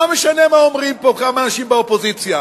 מה משנה מה אומרים פה כמה אנשים באופוזיציה?